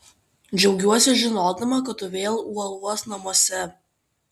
džiaugiuosi žinodama kad tu vėl uolos namuose